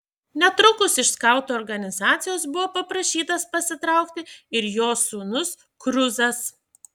netrukus iš skautų organizacijos buvo paprašytas pasitraukti ir jos sūnus kruzas